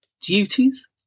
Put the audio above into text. duties